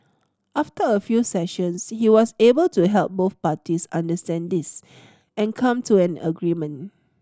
after a few sessions he was able to help both parties understand this and come to an agreement